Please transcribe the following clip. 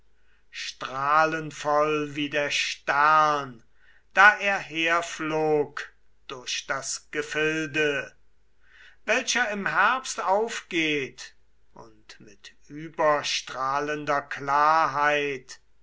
augen strahlenvoll wie der stern da er herflog durch das gefilde welcher im herbst aufgeht und mit überstrahlender klarheit